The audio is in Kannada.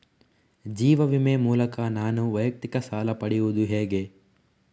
ಜೀವ ವಿಮೆ ಮೂಲಕ ನಾನು ವೈಯಕ್ತಿಕ ಸಾಲ ಪಡೆಯುದು ಹೇಗೆ?